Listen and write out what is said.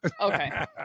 Okay